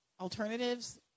alternatives